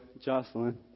Jocelyn